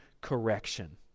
correction